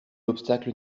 obstacle